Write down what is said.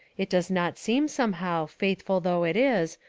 it does not seem somehow, faithful though it is,